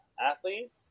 athlete